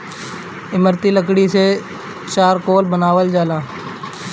इमारती लकड़ी से चारकोल बनावल जाला